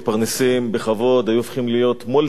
היו הופכים להיות מולטי-מיליונרים לפחות.